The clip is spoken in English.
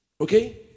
Okay